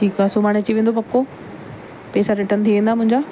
ठीकु आहे सुभाणे अची वेंदो पको पैसा रिटर्न थी वेंदा मुंहिंजा